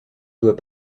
doit